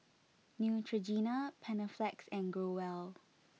Neutrogena Panaflex and Growell